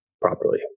properly